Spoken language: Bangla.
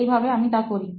এই ভাবে আমি তা করি